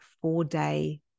four-day